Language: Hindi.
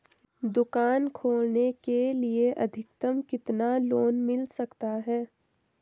दुकान खोलने के लिए अधिकतम कितना लोन मिल सकता है?